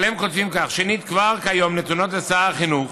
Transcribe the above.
הם כותבים כך: שנית, כבר כיום נתונות לשר החינוך